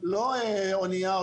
לא אונייה,